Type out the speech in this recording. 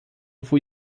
fui